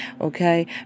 okay